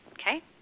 Okay